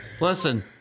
Listen